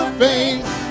face